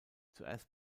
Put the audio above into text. zuerst